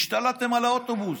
והשתלטתם על האוטובוס,